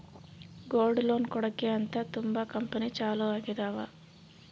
gold loan ಕೊಡಕ್ಕೆ ಅಂತ ತುಂಬಾ ಕಂಪೆನಿ ಚಾಲೂ ಆಗಿದಾವ